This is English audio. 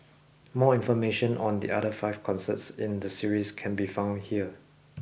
more information on the other five concerts in the series can be found here